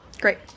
Great